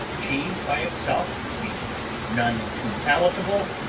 cheese by itself being none too palatable,